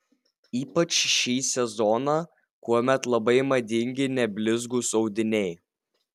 ypač šį sezoną kuomet labai madingi neblizgūs audiniai